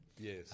Yes